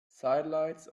sidelights